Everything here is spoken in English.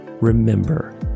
remember